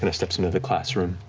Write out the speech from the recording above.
and steps into the classroom,